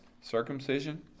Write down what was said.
circumcision